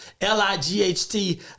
l-i-g-h-t